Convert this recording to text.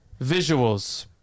visuals